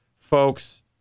folks